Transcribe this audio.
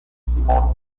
simon